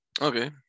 Okay